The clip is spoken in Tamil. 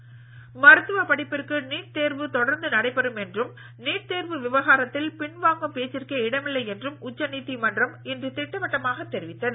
நீட் தேர்வு மருத்துவ படிப்பிற்கு நீட் தேர்வு தொடர்ந்து நடைபெறும் என்றும் நீட் தேர்வு விவகாரத்தில் பின் வாங்கும் பேச்சிற்கே இடமில்லை என்றும் உச்சநீதிமன்றம் இன்று திட்டவட்டமாக தெரிவித்தது